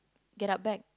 get up back